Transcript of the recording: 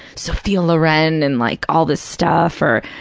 sophia loren and like all this stuff or,